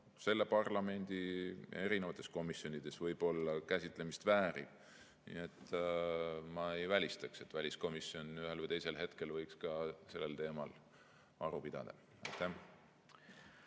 selle parlamendi komisjonides käsitlemist väärt. Nii et ma ei välista, et väliskomisjon ühel või teisel hetkel võiks ka sellel teemal aru pidada.